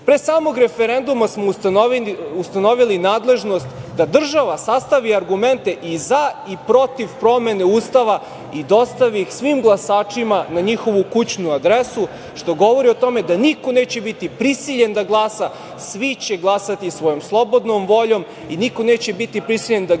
smog referenduma smo ustanovili nadležnost da država sastavi argumente i za i protiv promene Ustava i dostavi ih svim glasačima na njihovu kućnu adresu, što govori o tome da niko neće biti prisiljen da glasa. Svi će glasati svojom slobodnom voljom i niko neće biti prisiljen ni na